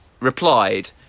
replied